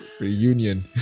reunion